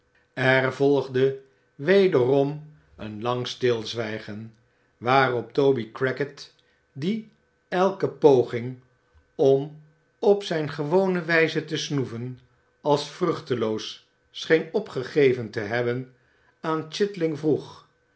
er volgde wederom een lang stilzwijgen waarop toby crackit die elke poging om op zijn gewone wijze te snoeven als vruchteloos scheen opgegeven te hebben aan chitling vroeg